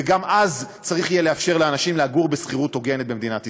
וגם אז צריך יהיה לאפשר לאנשים לגור בשכירות הוגנת במדינת ישראל.